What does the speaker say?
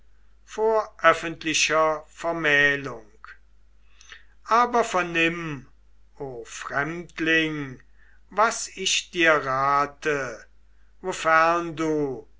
vor öffentlicher vermählung aber vernimm o fremdling was ich dir rate wofern du